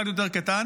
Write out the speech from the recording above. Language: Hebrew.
קצת יותר קטן,